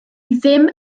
ddim